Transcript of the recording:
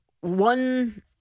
one